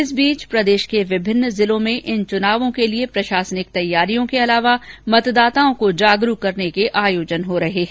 इस बीच प्रदेश के विभिन्न जिलों में इन चुनावों के लिए प्रशासनिक तैयारियों के अलावा मतदाताओं को जागरूक करने के आयोजन हो रहे है